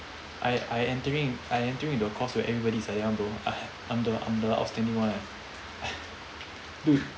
I I entering I entering the course where everybody's like young bro I I'm the I'm the outstanding one eh dude